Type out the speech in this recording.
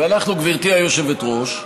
ואנחנו, גברתי היושבת-ראש,